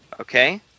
Okay